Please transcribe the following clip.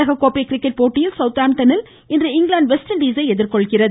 உலககோப்பை cricket போட்டியில் சௌத் ஆம்டனில் இன்று இங்கிலாந்து வெஸ்ட் இண்டீசை எதிர்கொள்கிறது